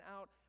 out